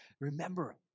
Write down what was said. Remember